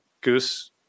Goose